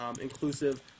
inclusive